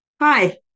Hi